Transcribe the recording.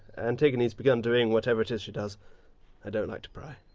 antigone's begun doing whatever it is she does i don't like to pry,